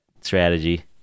strategy